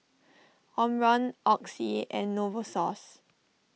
Omron Oxy and Novosource